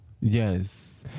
Yes